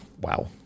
Wow